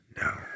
No